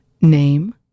name